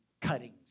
cuttings